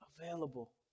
Available